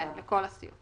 כן, לכל הסיעות.